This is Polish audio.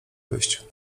wyjść